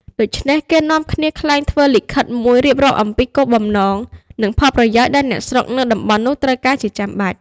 ដូច្នេះ គេនាំគ្នាក្លែងធ្វើលិខិត មួយរៀបរាប់អំពីគោលបំណង និង ផលប្រយោជន៏ដែលអ្នកស្រុកនៅតំបន់នោះត្រូវការជាចាំបាច់។